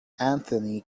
anthony